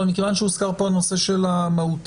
אבל מכיוון שהוזכר פה הנושא של ה-"מהותית",